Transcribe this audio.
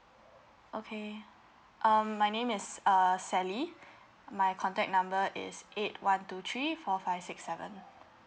okay um my name is err sally my contact number is eight one two three four five six seven